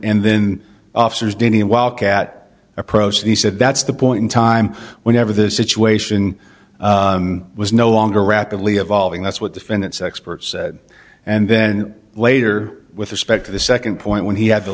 and then officers didn't walk at approach the said that's the point in time whenever the situation was no longer rapidly evolving that's what the finance expert said and then later with respect to the second point when he had the